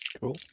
cool